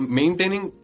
maintaining